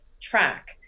track